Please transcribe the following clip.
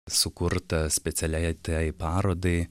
sukurtą specialiai tai parodai